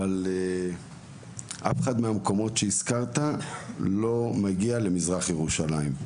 אבל אף אחד מהמקומות שאותם הזכרת לא מגיע למזרח ירושלים.